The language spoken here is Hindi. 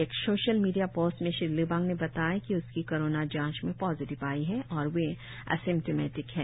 एक सोशल मीडिया पोस्ट में श्री लिबांग ने बताया कि उसकी कोरोना जांच में पॉजिटिव आई है और वे एसिम्टिमेटिक है